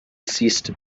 ceased